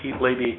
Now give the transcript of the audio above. lady